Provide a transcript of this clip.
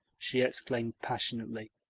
she exclaimed passionately.